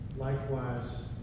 Likewise